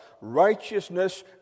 righteousness